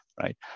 right